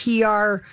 PR